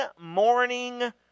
morning